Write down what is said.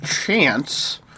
Chance